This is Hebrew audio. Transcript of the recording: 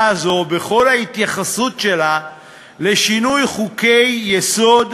הזאת בכל ההתייחסות שלה לשינוי חוק-יסוד: